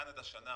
קנדה שנה,